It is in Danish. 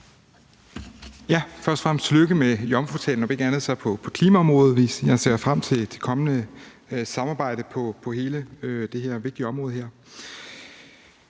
(S): Først og fremmest tillykke med jomfrutalen, om ikke andet så på klimaområdet. Jeg ser frem til det kommende samarbejde på hele det her vigtige område.